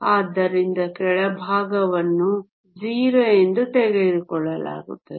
ಆದ್ದರಿಂದ ಕೆಳಭಾಗವನ್ನು 0 ಎಂದು ತೆಗೆದುಕೊಳ್ಳಲಾಗಿದೆ